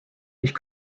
ich